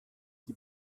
die